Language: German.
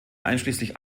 einschließlich